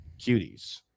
cuties